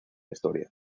historia